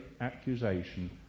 accusation